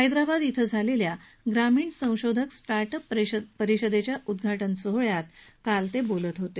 हैदराबाद िक्षे झालेल्या ग्रामीण संशोधक स्टार्ट अप परिषदेच्या उद्घाटन सोहळ्यात ते काल बोलत होते